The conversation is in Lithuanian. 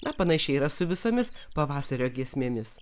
na panašiai yra su visomis pavasario giesmėmis